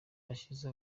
bashyize